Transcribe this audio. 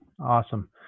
awesome